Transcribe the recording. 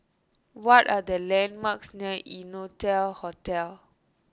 what are the landmarks near Innotel Hotel